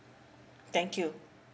thank you